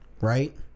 Right